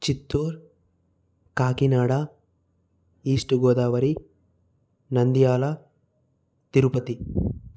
Chittoor Kakinada east Godavari Nandyal Tirupati